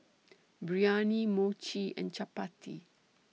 Biryani Mochi and Chapati